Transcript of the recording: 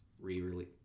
re-release